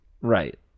Right